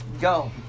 Go